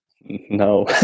No